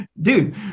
dude